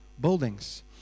buildings